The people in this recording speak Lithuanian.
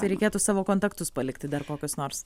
tai reikėtų savo kontaktus palikti dar kokius nors